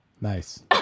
nice